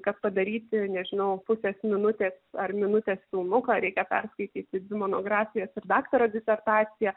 kad padaryti nežinau pusės minutės ar minutės filmuką reikia perskaityti dvi monografijas ir daktaro disertaciją